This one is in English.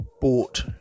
bought